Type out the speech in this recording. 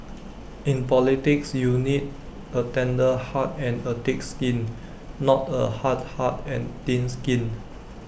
in politics you need A tender heart and A thick skin not A hard heart and thin skin